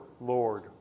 Lord